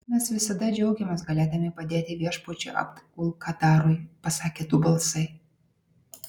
mes visada džiaugiamės galėdami padėti viešpačiui abd ul kadarui pasakė du balsai